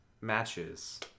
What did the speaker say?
matches